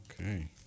Okay